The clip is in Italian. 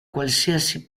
qualsiasi